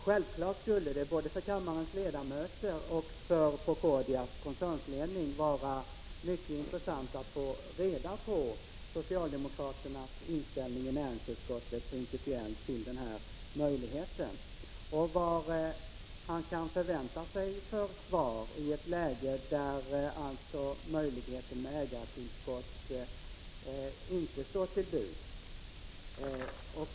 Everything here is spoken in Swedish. Självfallet skulle det både för kammarens ledamöter och för Procordias koncernledning vara mycket intressant att få reda på socialdemokraternas i näringsutskottet principiella inställning till denna möjlighet. Det skulle också vara intressant att få veta vad man kan förvänta sig för svar i ett läge där ägartillskott inte står till buds.